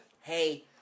hey